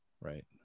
Right